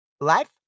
life